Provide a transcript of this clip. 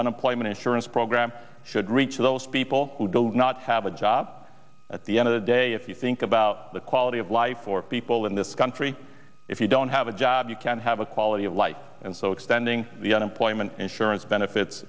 unemployment insurance program should reach those people who do not have a job at the end of the day if you think about the quality of life for people in this country if you don't have a job you can have a quality of life and so extending the unemployment insurance benefits